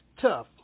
tough